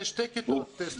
נדמה לי שיש שתי כיתות בשכבה.